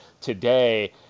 today